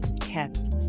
Kept